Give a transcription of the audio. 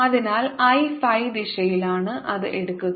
അതിനാൽ I phi ദിശയിലാണ് അത് എടുക്കുക